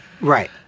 Right